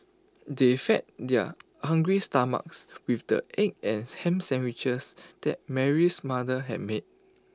they fed their hungry stomachs with the egg and Ham Sandwiches that Mary's mother had made